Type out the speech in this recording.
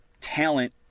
talent